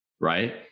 right